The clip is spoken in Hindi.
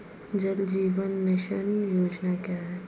जल जीवन मिशन योजना क्या है?